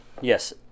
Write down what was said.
yes